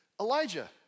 Elijah